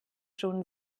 schon